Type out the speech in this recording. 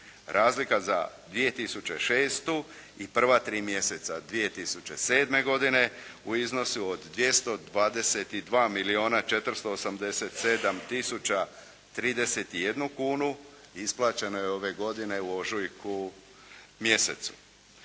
Razlika za 2006. i prva tri mjeseca 2007. godine u iznosu od 222 milijuna 487 tisuća 31 kunu isplaćeno je ove godine u ožujku mjesecu.